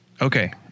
okay